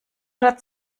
oder